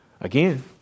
Again